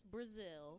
Brazil